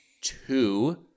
two